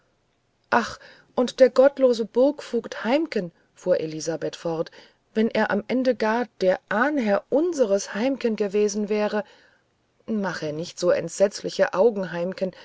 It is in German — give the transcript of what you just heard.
ach und der gottlose burgvogt heimken fuhr elisabeth fort wenn er am ende gar der ahnherr unsers heimken gewesen wäre mach er nicht so entsetzliche augen heimken